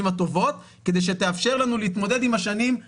הטובות כדי שתאפשר לנו להתמודד עם השנים הפחות טובות.